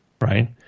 right